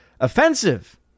offensive